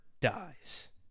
dies